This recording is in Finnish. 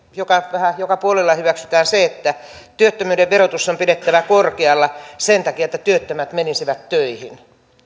vähän joka puolella hyväksytään se että työttömyyden verotus on pidettävä korkealla sen takia että työttömät menisivät töihin